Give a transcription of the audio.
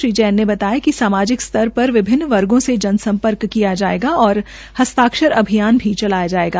श्री जैन ने बताया कि सामाजिक स्तर पर विभिन्न वर्गों से जनसंपर्क किया जाएगा और हस्ताक्षर अभियान चलाया जाएगा